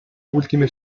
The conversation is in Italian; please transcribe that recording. ultime